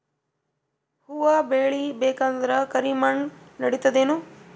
ಹುವ ಬೇಳಿ ಬೇಕಂದ್ರ ಕರಿಮಣ್ ನಡಿತದೇನು?